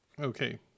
Okay